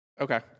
Okay